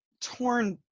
torn